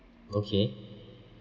okay